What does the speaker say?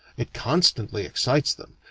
it constantly excites them,